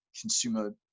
consumer